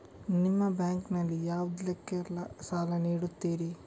ನಿಮ್ಮ ಬ್ಯಾಂಕ್ ನಲ್ಲಿ ಯಾವುದೇಲ್ಲಕ್ಕೆ ಸಾಲ ನೀಡುತ್ತಿರಿ?